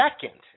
second